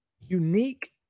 unique